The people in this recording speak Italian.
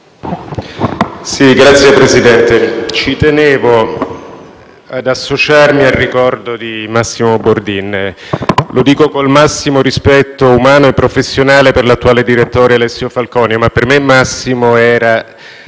Signor Presidente, tenevo ad associarmi al ricordo di Massimo Bordin. Lo dico con il massimo rispetto umano e professionale per l'attuale direttore Alessio Falconio, ma per me Massimo era